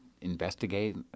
investigate